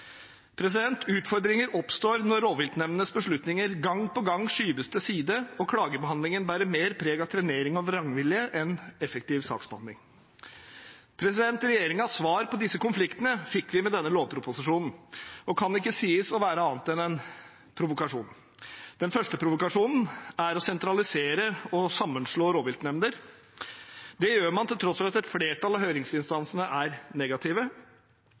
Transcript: Utfordringer oppstår når rovviltnemndenes beslutninger gang på gang skyves til side og klagebehandlingen bærer mer preg av trenering og vrangvilje enn av effektiv saksbehandling. Regjeringens svar på disse konfliktene fikk vi med denne lovproposisjonen, og den kan ikke sies å være noe annet enn en provokasjon. Den første provokasjonen er å sentralisere og sammenslå rovviltnemnder. Det gjør man til tross for at et flertall av høringsinstansene er negative,